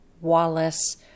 Wallace